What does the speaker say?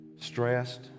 stressed